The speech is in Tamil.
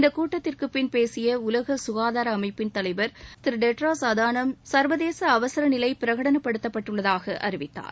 இந்த கூட்டத்திற்குப்பின் பேசிய உலக ககாதார அமைப்பின் தலைவர் திரு டெட்ரோஸ் அதனோம் சர்வதேச அவசரநிலை பிரகடனப் படுத்தப்பட்டுள்ளதாக அறிவித்தார்